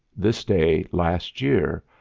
this day, last year,